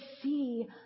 see